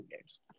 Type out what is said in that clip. games